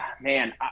man